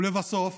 ולבסוף,